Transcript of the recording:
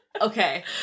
Okay